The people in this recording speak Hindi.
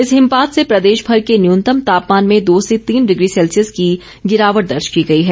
इस हिमपात से प्रदेशभर के न्यूनतम तापमान में दो से तीन डिग्री सैल्सियस की गिरावट दर्ज की गई है